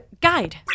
Guide